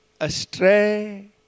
astray